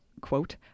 quote